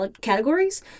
categories